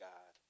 God